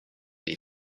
les